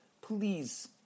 Please